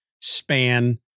span